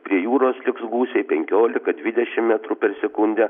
prie jūros liks gūsiai penkiolika dvidešim metrų per sekundę